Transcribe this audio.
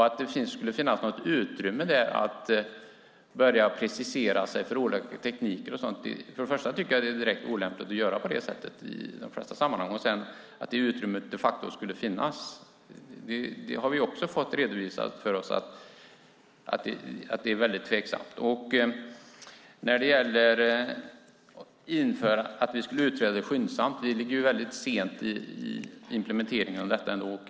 Att börja precisera sig för olika tekniker och sådant tycker jag är direkt olämpligt i de flesta sammanhang, och att det är väldigt tveksamt om det utrymmet de facto skulle finnas har vi ju också fått redovisat för oss. När det gäller att utreda det här skyndsamt är vi redan väldigt sent ute i implementeringen av detta.